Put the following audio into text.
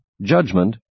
judgment